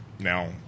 Now